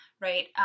right